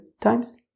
times